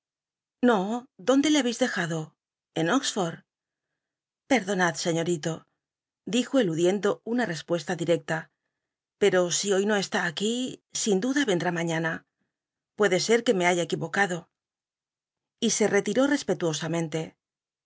no dónde lc habeis dejado en oxford pcidonad sciiol'ilo dijo eludiendo una respuesta directa pero si hoy no está aquí sin duda cndr í mañana puede ser que me haya cquirocado y se retiró